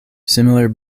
similar